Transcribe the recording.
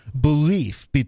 belief